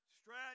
Stretch